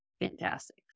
fantastic